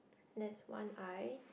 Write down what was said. that's one I